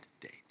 date